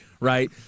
right